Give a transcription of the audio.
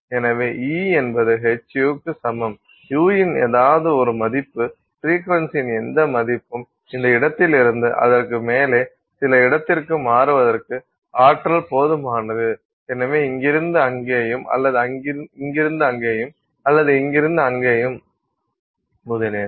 எனவே E என்பது hυ க்கு சமம் u இன் ஏதாவது ஒரு மதிப்பு ஃப்ரீக்வென்சியின் எந்த மதிப்பும் இந்த இடத்திலிருந்து அதற்கு மேலே சில இடத்திற்கு மாறுவதற்கு ஆற்றல் போதுமானது எனவே இங்கிருந்து அங்கேயும் அல்லது இங்கிருந்து அங்கேயும் அல்லது இங்கிருந்து அங்கேயும் முதலியன